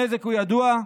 הנזק הוא ידוע,